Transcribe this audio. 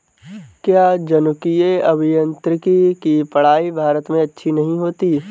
क्या जनुकीय अभियांत्रिकी की पढ़ाई भारत में अच्छी नहीं होती?